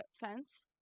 fence